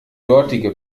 dortige